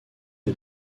est